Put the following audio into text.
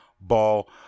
ball